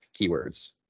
Keywords